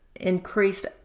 increased